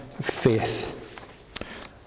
faith